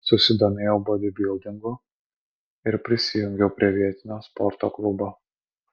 susidomėjau bodybildingu ir prisijungiau prie vietinio sporto klubo